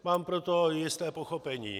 Mám pro to jisté pochopení.